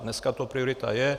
Dneska to priorita je.